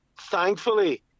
thankfully